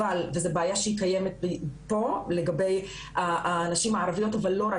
אבל זאת בעיה שהיא קיימת לגבי הנשים הערביות אבל לא רק,